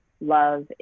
love